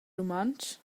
rumantsch